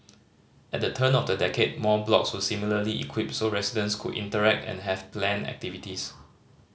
at the turn of the decade more blocks were similarly equipped so residents could interact and has planned activities